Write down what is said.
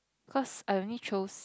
cause I only chose